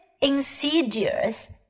insidious